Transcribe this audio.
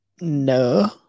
No